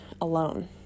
alone